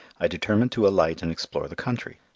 i determined to alight and explore the country.